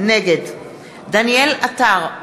נגד דניאל עטר,